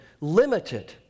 limited